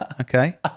okay